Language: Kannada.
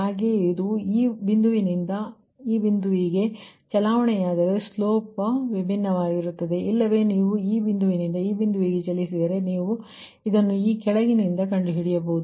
ಹಾಗಾಗಿ ಇದು ಈ ಬಿಂದುವಿನಿಂದ ಈ ಬಿಂದುವಿಗೆ ಚಲಾವಣೆಯಾದರೆ ಸ್ಲೋಪ್ ವಿಭಿನ್ನವಾಗಿರುತ್ತದೆ ಇಲ್ಲವೇ ನೀವು ಈ ಬಿಂದುವಿನಿಂದ ಈ ಬಿಂದುವಿಗೆ ಚಲಿಸಿದರೆ ನೀವು ಇದನ್ನು ಈ ಕೆಳಗಿನಿಂದ ಕಂಡುಹಿಡಿಯಬಹುದು